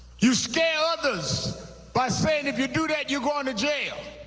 you scare others by saying, if you do that, you're going to jail.